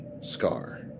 scar